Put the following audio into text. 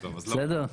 בסדר?